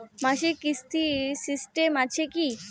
মাসিক কিস্তির সিস্টেম আছে কি?